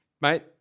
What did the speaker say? mate